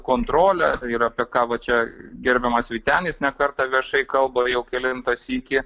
kontrolę ir apie ką va čia gerbiamas vytenis ne kartą viešai kalba jau kelintą sykį